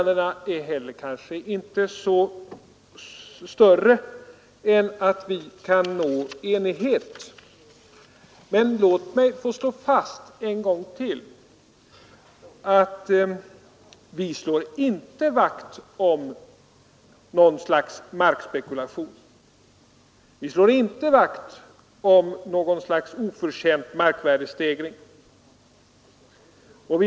De är kanske inte större än att vi kan uppnå enighet. Låt mig än en gång konstatera, att vårt parti inte slår vakt om något slags markspekulation eller oförtjänt markvärdestegring.